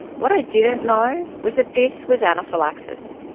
what i didn't know was that this was anaphylaxis.